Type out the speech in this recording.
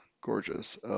gorgeous